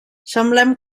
semblem